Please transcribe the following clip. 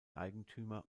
eigentümer